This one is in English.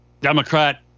Democrat